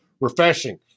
Refreshing